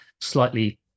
slightly